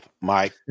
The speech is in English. Mike